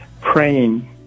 praying